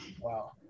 Wow